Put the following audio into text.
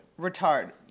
Retard